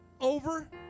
over